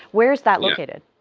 where is that located?